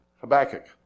Habakkuk